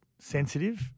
sensitive